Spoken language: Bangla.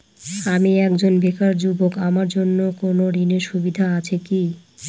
আমি একজন বেকার যুবক আমার জন্য কোন ঋণের সুবিধা আছে কি?